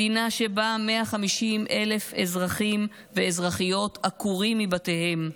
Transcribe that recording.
מדינה שבה 150,000 אזרחים ואזרחיות עקורים מבתיהם,